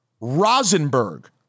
Rosenberg